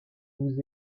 vous